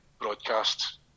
broadcast